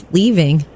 leaving